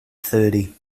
thirty